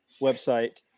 website